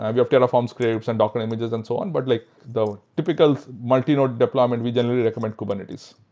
and we have terraform scripts and docker images and so on. but like the typical multi-node deployment, we generally recommend kubernetes